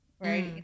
right